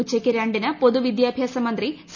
ഉച്ചക്ക് രണ്ടിന് പൊതുവിദ്യാഭ്യാസ മന്ത്രി സി